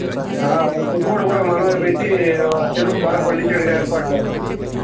వాళ్ళకి పెట్టుబడి కూడా మనం పెట్టి చెరుకు బాగా పండించేటట్టుగా ఏర్పాటు చేస్తాను